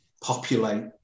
populate